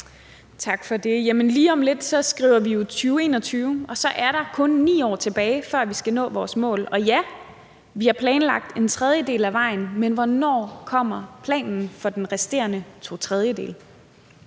Tak for det. Jamen lige om lidt skriver vi jo 2021, og så er der kun 9 år tilbage, før vi skal nå vores mål. Og ja, vi har planlagt en tredjedel af vejen, men hvornår kommer planen for de resterende to tredjedele?